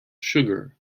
sugar